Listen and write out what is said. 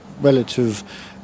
relative